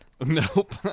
Nope